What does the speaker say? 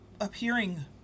appearing